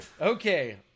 Okay